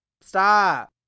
stop